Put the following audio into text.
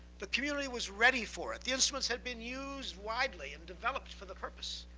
the community was ready for it. the instruments had been used widely and developed for the purpose.